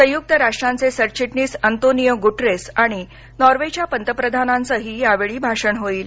संयुक्त राष्ट्रांचे सरचिटणिस अन्तोनिओ गुटेरस आणि नॉर्वेच्या पंतप्रधानांचही यावेळी भाषण होईल